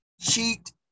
cheat